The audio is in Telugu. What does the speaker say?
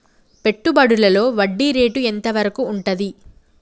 పెట్టుబడులలో వడ్డీ రేటు ఎంత వరకు ఉంటది?